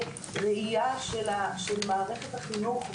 לכדי ראייה של מערכת החינוך,